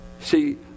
See